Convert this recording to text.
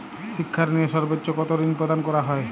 শিক্ষা ঋণে সর্বোচ্চ কতো ঋণ প্রদান করা হয়?